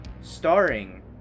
starring